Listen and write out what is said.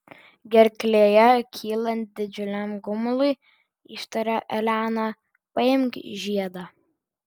gerklėje kylant didžiuliam gumului ištarė elena paimk žiedą